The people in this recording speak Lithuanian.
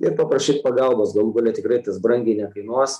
ir paprašyt pagalbos galų gale tikrai tas brangiai nekainuos